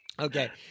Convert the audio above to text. Okay